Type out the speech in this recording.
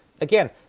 again